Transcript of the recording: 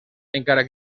encara